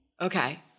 Okay